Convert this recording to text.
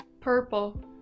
purple